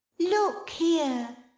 look here